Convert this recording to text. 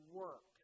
work